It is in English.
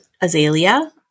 azalea